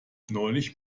neulich